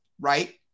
right